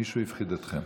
מישהו הפחיד אתכם.